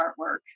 artwork